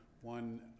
One